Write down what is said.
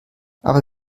aber